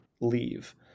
leave